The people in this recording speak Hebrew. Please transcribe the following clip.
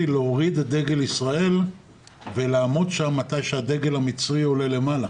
להוריד את דגל ישראל ולעמוד שם כשהדגל המצרי עולה למעלה.